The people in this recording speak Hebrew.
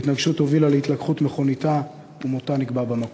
ההתנגשות הובילה להתלקחות מכוניתה ומותה נקבע במקום.